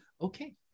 Okay